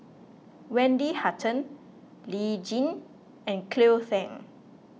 Wendy Hutton Lee Tjin and Cleo Thang